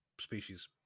species